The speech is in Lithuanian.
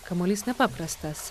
kamuolys nepaprastas